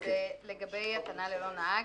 לגבי התנעה ללא נהג.